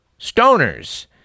stoners